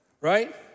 right